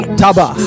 taba